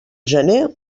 gener